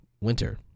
winter